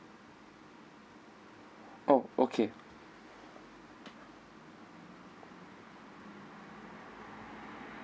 oh okay